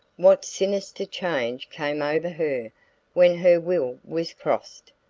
what sinister change came over her when her will was crossed?